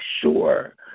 sure